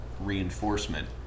reinforcement